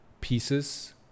pieces